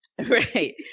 Right